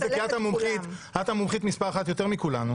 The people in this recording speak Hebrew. את המומחים מס' 1 יותר מכולנו